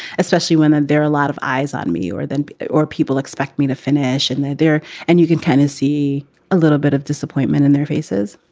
especially when and there are a lot of eyes on me or then or people expect me to finish and they're there. and you can kind of see a little bit of disappointment in their faces.